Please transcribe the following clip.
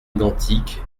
identiques